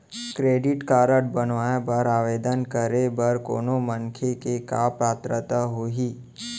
Credit card बनवाए बर आवेदन करे बर कोनो मनखे के का पात्रता होही?